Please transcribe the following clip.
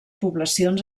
poblacions